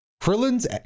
Krillin's